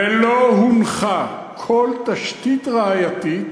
ולא הונחה כל תשתית ראייתית